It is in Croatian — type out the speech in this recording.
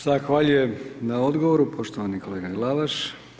Zahvaljujem na odgovoru, poštovani kolega Glavaš.